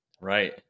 Right